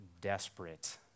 desperate